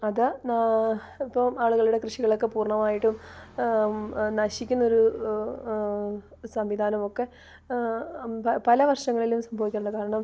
അത് ഇപ്പം ആളുകളുടെ കൃഷികളൊക്കെ പൂർണ്ണമായിട്ടും നശിക്കുന്ന ഒരു സംവിധാനമൊക്കെ പല വർഷങ്ങളിലും സംഭവിക്കാറുണ്ട് കാരണം